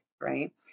right